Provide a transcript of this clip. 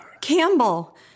Campbell